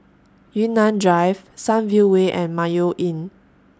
Yunnan Drive Sunview Way and Mayo Inn